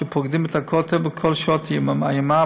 פוקדים את הכותל בכל שעות היממה,